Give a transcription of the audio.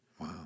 Wow